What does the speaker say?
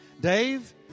Dave